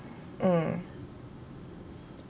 mm